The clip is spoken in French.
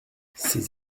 ses